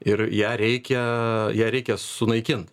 ir ją reikia ją reikia sunaikint